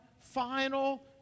final